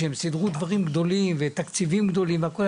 שהם סידרו דברים גדולים ותקציבים גדולים והכול,